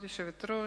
כבוד היושבת-ראש,